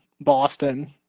Boston